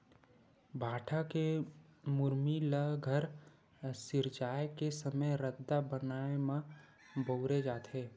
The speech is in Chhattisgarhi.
भाठा के मुरमी ल घर सिरजाए के समे रद्दा बनाए म बउरे जाथे